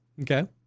Okay